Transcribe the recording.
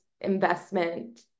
investment